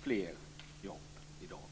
fler jobb i dag.